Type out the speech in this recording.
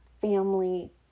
family